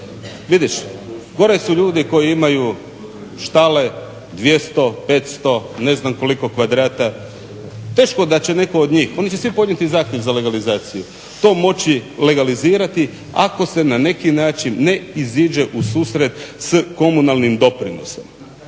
vidiš, gore su ljudi koji imaju štale 200, 500 ne znam koliko kvadrata. Teško da će netko od njih, oni će svi podnijeti zahtjev za legalizaciju. To moći legalizirati ako se na neki način ne iziđe u susret s komunalnim doprinosom.